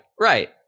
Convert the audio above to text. right